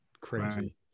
Crazy